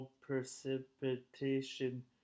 precipitation